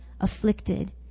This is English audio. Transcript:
afflicted